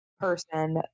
person